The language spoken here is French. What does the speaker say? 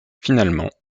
finalement